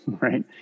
right